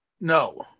no